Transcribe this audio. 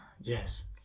Yes